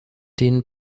den